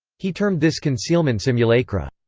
he termed this concealment simulacra.